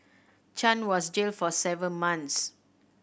Chan was jailed for seven months